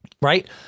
Right